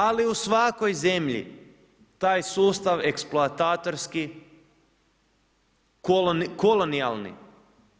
Ali u svakoj zemlji taj sustav eksploatatorski kolonijalni